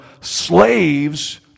slaves